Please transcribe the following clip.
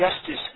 justice